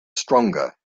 stronger